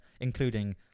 including